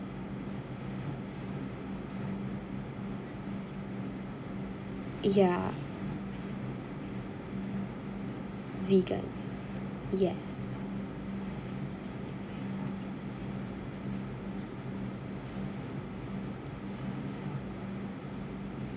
ya vegan yes